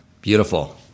Beautiful